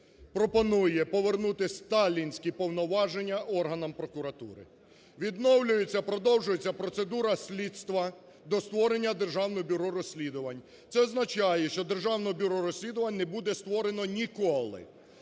пропонує повернути "сталінські" повноваження органам прокуратури. Відновлюється, продовжується процедура слідства до створення Державного бюро розслідувань. Це означає, що Державне бюро розслідувань не буде створено ніколи.